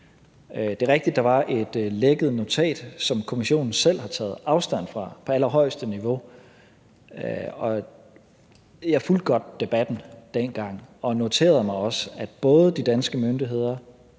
Det er rigtigt, at der var et lækket notat, som Kommissionen selv har taget afstand fra på allerhøjeste niveau, og jeg fulgte godt debatten dengang og noterede mig også, at både de danske myndigheder